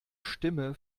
stimme